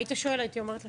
היית שואל, הייתי אומרת לך.